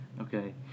Okay